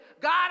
God